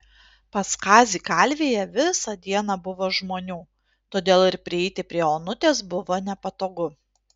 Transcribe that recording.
pas kazį kalvėje visą dieną buvo žmonių todėl ir prieiti prie onutės buvo nepatogu